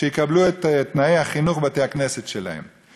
הם יקבלו את תנאי החינוך ובתי-הכנסת שלהם.